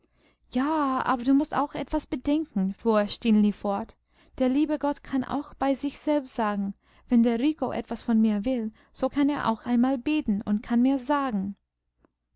ja aber du mußt auch etwas bedenken fuhr stineli fort der liebe gott kann auch bei sich selbst sagen wenn der rico etwas von mir will so kann er auch einmal beten und kann mir's sagen